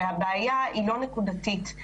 והבעיה היא לא נקודתית.